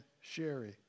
Sherry